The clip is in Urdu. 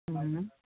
ہوں